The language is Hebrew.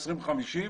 שנת 2050,